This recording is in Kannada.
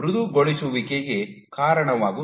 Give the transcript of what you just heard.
ಮೃದುಗೊಳಿಸುವಿಕೆಗೆ ಕಾರಣವಾಗುತ್ತದೆ